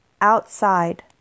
outside